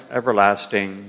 everlasting